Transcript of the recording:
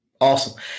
Awesome